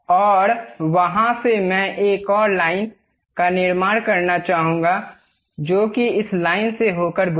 और वहां से मैं एक और लाइन का निर्माण करना चाहूंगा जो कि इस लाइन से होकर गुजरे